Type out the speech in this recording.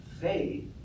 faith